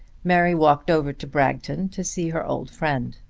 mary walked over to bragton to see her old friend.